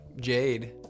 Jade